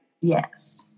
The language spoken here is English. yes